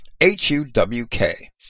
H-U-W-K